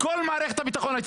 כל מערכת הביטחון.